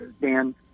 Dan